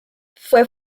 fue